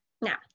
Now